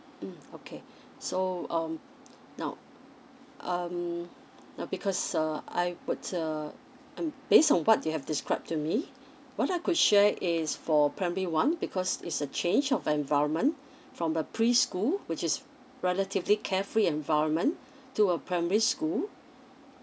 mm okay so um now um now because uh I would uh and based on what you have described to me what I could share is for primary one because is a change of environment from the pre school which is relatively carefree environment to a primary school